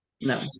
No